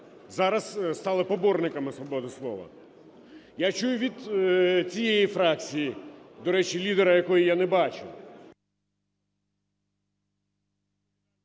Зараз стали поборниками свободи слова. Я чую від цієї фракції, до речі, лідера якої я не бачу…